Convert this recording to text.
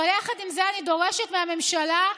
עם זאת, אני דורשת מהממשלה: